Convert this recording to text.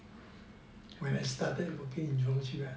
when I started working in jurong shipyard